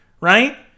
right